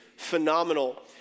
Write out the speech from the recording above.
phenomenal